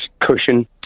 cushion